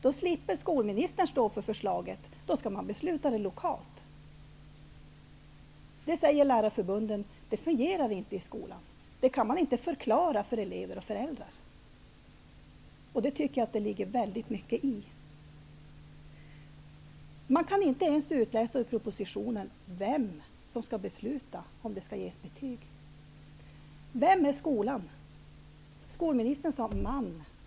Då slipper skolministern att stå för det, då skall man besluta det lokalt. Lärarförbunden säger att det inte fungerar i skolan. Det kan man inte förklara för elever och föräldrar. Det ligger väldigt mycket i det, tycker jag. Man kan inte ens utläsa i propositionen vem som skall besluta om det skall ges betyg. Vem är skolan? Skolministern sade ''man''.